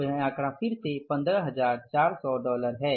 तो यह आंकड़ा फिर से 15400 डॉलर है